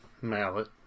Mallet